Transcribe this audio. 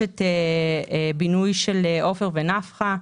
בינוי של עופר ונפחא,